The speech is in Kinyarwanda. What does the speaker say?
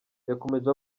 yakomeje